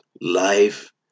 Life